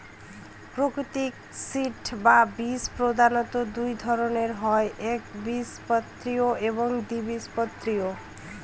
প্রাকৃতিক সিড বা বীজ প্রধানত দুই ধরনের হয় একবীজপত্রী এবং দ্বিবীজপত্রী